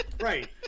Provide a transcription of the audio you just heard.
Right